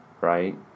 right